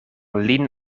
lin